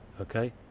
Okay